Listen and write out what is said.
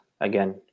again